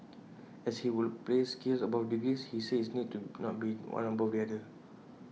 asked if he would place skills above degrees he says IT need not be one above the other